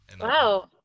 Wow